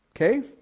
Okay